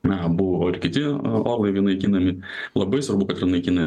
na buvo ir kiti orlaiviai naikinami labai svarbu kad jie naikinami